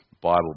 Bible